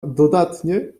dodatnie